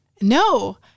No